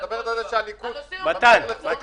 את מדברת על זה שהליכוד ממשיך --- בבג"צ?